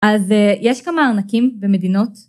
אז א... יש כמה ערנקים במדינות